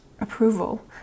approval